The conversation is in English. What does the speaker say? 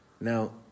Now